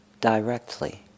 directly